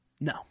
No